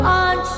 on